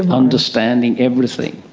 and understanding everything.